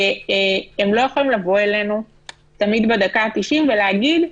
שהם לא יכולים לבוא אלינו תמיד בדקה ה-90 ולהגיד: